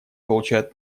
получают